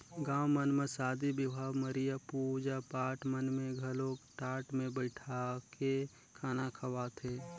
गाँव मन म सादी बिहाव, मरिया, पूजा पाठ मन में घलो टाट मे बइठाके खाना खवाथे